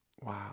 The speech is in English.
Wow